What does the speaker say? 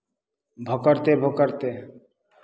भोकरिते भोकरिते